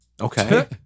Okay